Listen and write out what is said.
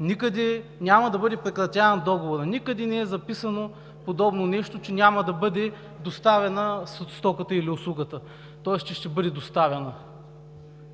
Никъде няма „да бъде прекратяван договорът“. Никъде не е записано подобно нещо, че няма да бъде доставяна стоката или услугата, тоест, че ще бъде доставяна